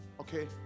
okay